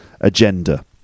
agenda